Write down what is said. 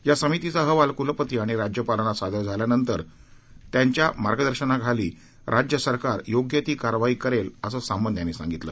या समितीचा अहवाल कुलपती आणि राज्यपालांना सादर झाल्यानंतर त्यांच्या मार्गदर्शनाखाली राज्य सरकार योग्य ती कारवाई करेल असं सामंत यांनी सांगितलं